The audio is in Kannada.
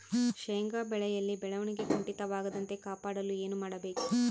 ಶೇಂಗಾ ಬೆಳೆಯಲ್ಲಿ ಬೆಳವಣಿಗೆ ಕುಂಠಿತವಾಗದಂತೆ ಕಾಪಾಡಲು ಏನು ಮಾಡಬೇಕು?